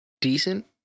decent